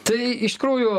tai iš tikrųjų